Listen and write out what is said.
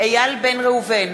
איל בן ראובן,